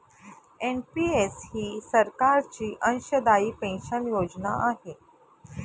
NPS ही सरकारची अंशदायी पेन्शन योजना आहे